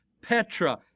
Petra